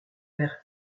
vers